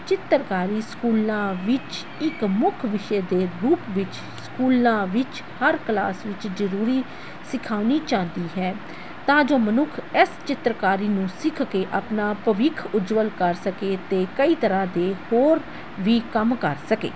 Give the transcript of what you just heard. ਚਿੱਤਰਕਾਰੀ ਸਕੂਲਾਂ ਵਿੱਚ ਇੱਕ ਮੁੱਖ ਵਿਸ਼ੇ ਦੇ ਰੂਪ ਵਿੱਚ ਸਕੂਲਾਂ ਵਿੱਚ ਹਰ ਕਲਾਸ ਵਿੱਚ ਜ਼ਰੂਰੀ ਸਿਖਾਉਣੀ ਚਾਹੀਦੀ ਹੈ ਤਾਂ ਜੋ ਮਨੁੱਖ ਇਸ ਚਿੱਤਰਕਾਰੀ ਨੂੰ ਸਿੱਖ ਕੇ ਆਪਣਾ ਭਵਿੱਖ ਉਜਵਲ ਕਰ ਸਕੇ ਅਤੇ ਕਈ ਤਰ੍ਹਾਂ ਦੇ ਹੋਰ ਵੀ ਕੰਮ ਕਰ ਸਕੇ